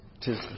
tis